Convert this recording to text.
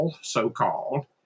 so-called